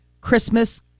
Christmas